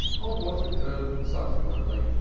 of what occurred subsequently.